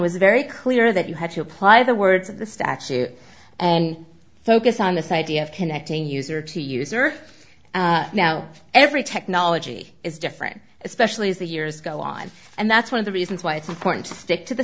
was very clear that you had to apply the words of the statute and focus on this idea of connecting user to user now every technology is different especially as the years go on and that's one of the reasons why it's important to stick to the